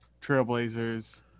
Trailblazers